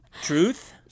Truth